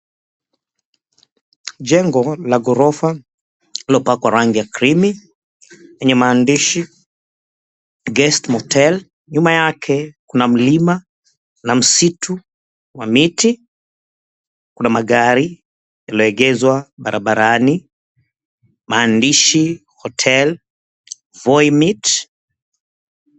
Jengo la ghorofa lililopakwa rangi ya cream lenye maandishi guest motel . Nyuma yake kuna mlima, na msitu wa miti. Kuna magari yaliyoegezwa barabarani, maandishi, Hotel, Voi Meat.